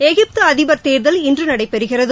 எகிப்து அதிபர் தேர்தல் இன்று நடைபெறுகிறது